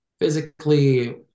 physically